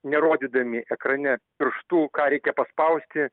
nerodydami ekrane pirštu ką reikia paspausti